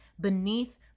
beneath